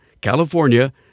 California